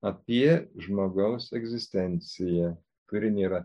apie žmogaus egzistenciją kuri nėra